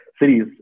cities